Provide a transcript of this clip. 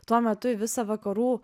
tuo metu į visą vakarų